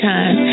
Time